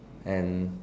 and